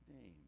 name